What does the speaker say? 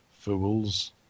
fools